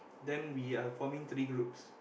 then we are forming three groups